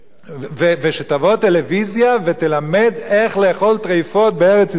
ושתבוא טלוויזיה ותלמד איך לאכול טרפות בארץ-ישראל.